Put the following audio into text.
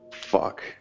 fuck